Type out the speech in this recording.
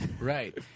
Right